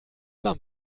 warm